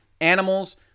animals